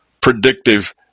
predictive